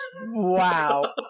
wow